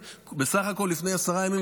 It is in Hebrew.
בסך הכול לפני עשרה ימים,